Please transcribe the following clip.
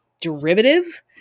derivative